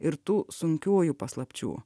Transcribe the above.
ir tų sunkiųjų paslapčių